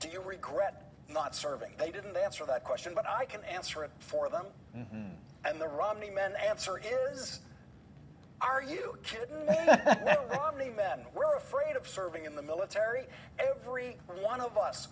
do you regret not serving they didn't answer that question but i can answer it for them and the romney men answer here is are you kidding me men were afraid of serving in the military every one of us